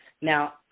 Now